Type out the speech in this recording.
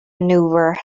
maneuver